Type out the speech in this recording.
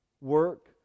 work